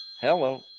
Hello